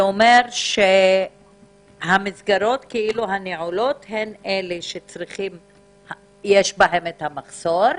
זה אומר שהמסגרות הנעולות הן אלה שיש בהן את המחסור.